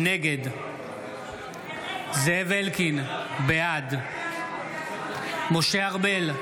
נגד זאב אלקין, בעד משה ארבל,